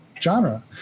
genre